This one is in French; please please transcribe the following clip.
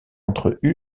située